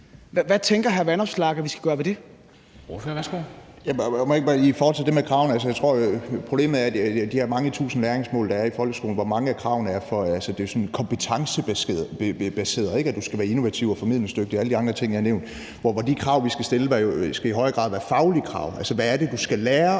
Hvad tænker hr. hr. Alex Vanopslagh at vi skal gøre ved det?